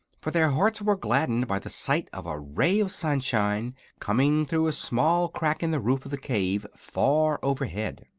for their hearts were gladdened by the sight of a ray of sunshine coming through a small crack in the roof of the cave, far overhead.